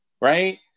Right